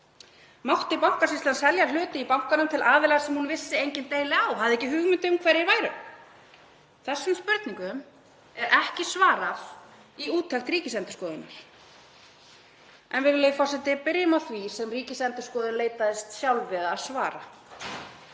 Mátti Bankasýslan selja hluti í bankanum til aðila sem hún vissi enginn deili á, hafði ekki hugmynd um hverjir væru? Þessum spurningum er ekki svarað í úttekt Ríkisendurskoðunar. En, virðulegi forseti, byrjum á því sem Ríkisendurskoðun leitaðist sjálf við að svara.